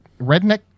redneck